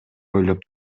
ойлоп